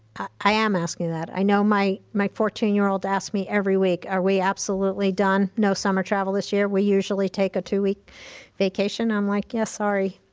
i am asking that. i know my my fourteen year old asks me every week, are we absolutely done, no summer travel this year? we usually take a two-week vacation, and i'm like, yeah, sorry,